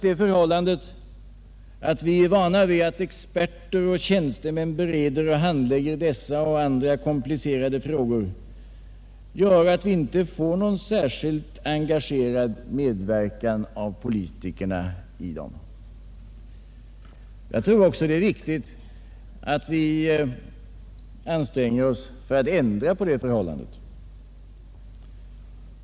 Det förhållandet att vi är vana vid att experter och tjänstemän bereder och handlägger dessa och andra komplicerade frågor gör att vi inte får någon särskilt engagerad medverkan av politikerna i dem. Det är enligt min mening också viktigt att vi anstränger oss för att ändra på det förhållandet.